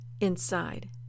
inside